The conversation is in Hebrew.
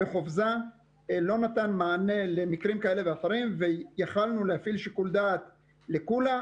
בחופזה לא נתן מענה למקרים כאלה ואחרים ויכולנו להפעיל שיקול דעת לקולא,